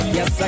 Yes